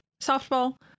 softball